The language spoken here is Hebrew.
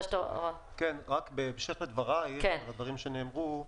בהמשך לדבריך ולדבריך שנאמרו.